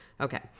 okay